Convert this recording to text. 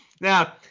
Now